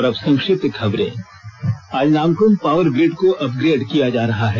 और अब संक्षिप्त खबरें आज नामक्म पावर ग्रिड को अपग्रेड किया जा रहा है